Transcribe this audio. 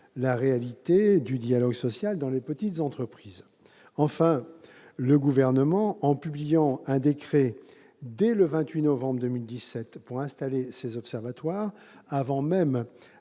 la réalité du dialogue social dans les petites entreprises. Enfin, le Gouvernement, en publiant un décret dès le 28 novembre 2017 pour installer ces observatoires, avant même